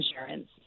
insurance